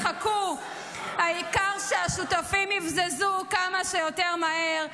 העיקר שהשותפים יבזזו כמה שיותר מהר,